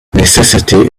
necessity